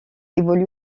évolue